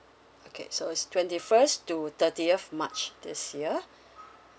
okay so it's twenty first to thirtieth march this year